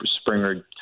Springer